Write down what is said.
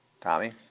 Tommy